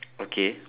okay